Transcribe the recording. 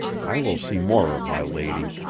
i will see more of my lady.